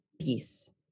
peace